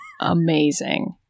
amazing